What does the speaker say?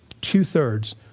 Two-thirds